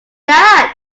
that